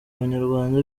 abanyarwanda